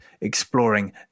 exploring